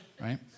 Right